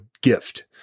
gift